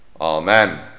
Amen